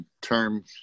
term